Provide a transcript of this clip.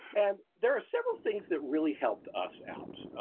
and there are several things that really helped us out.